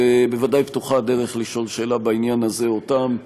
בוודאי פתוחה הדרך לשאול שאלה בעניין הזה אותם,